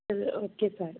ਚਲੋ okay sir